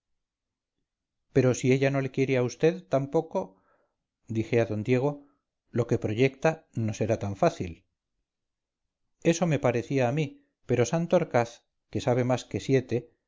pero si ella no le quiere a vd tampoco dije a d diego lo que proyecta no será tan fácil eso me parecía a mí pero santorcaz quesabe más que siete